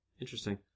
Interesting